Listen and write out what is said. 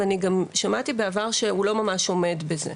וגם שמעתי בעבר שהוא לא ממש עומד בזה.